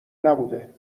نبوده